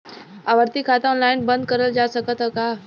आवर्ती खाता ऑनलाइन बन्द करल जा सकत ह का?